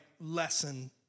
lesson